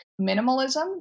minimalism